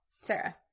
Sarah